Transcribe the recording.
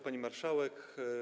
Pani Marszałek!